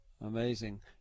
Amazing